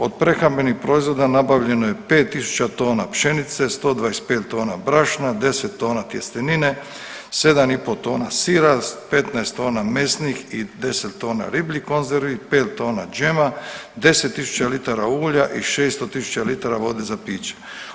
Od prehrambenih proizvoda nabavljeno je 5.000 tona pšenice, 125 tona brašna, 10 tona tjestenine, 7,5 tona sira, 15 tona mesnih i 10 tona ribljih konzervi, 5 tona džema, 10.000 litara ulja i 600.000 litara vode za piće.